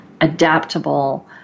adaptable